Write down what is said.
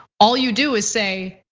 all you do is say,